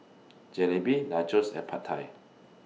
Jalebi Nachos and Pad Thai